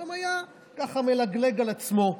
הוא היה ככה מלגלג על עצמו,